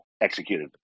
executed